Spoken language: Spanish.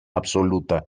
absoluta